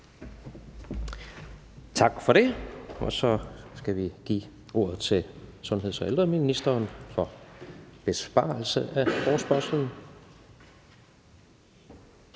Tak for det. Så skal vi give ordet til sundheds- og ældreministeren for besvarelse af forespørgslen.